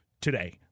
today